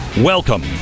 welcome